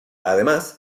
además